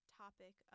topic